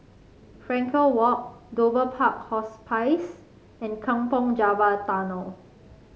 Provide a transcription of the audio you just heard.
Frankel Walk Dover Park Hospice and Kampong Java Tunnel